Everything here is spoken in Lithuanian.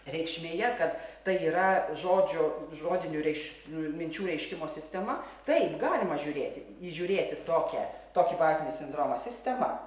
reikšmėje kad tai yra žodžių žodinių reiš minčių reiškimo sistema taip galima žiūrėti įžiūrėti tokią tokį bazinį sindromą sistema